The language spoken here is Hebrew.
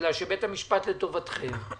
בגלל שבית המשפט לטובתכם,